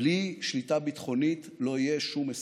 בלי שליטה ביטחונית לא יהיה שום הסכם.